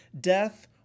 death